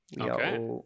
Okay